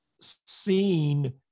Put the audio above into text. seen